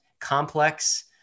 complex